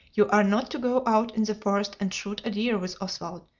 you are not to go out in the forest and shoot a deer with oswald,